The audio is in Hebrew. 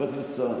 חבר הכנסת סער.